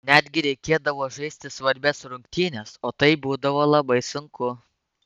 netgi reikėdavo žaisti svarbias rungtynes o tai būdavo labai sunku